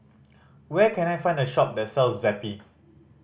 where can I find a shop that sells Zappy